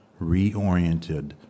reoriented